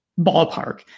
ballpark